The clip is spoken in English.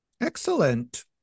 Excellent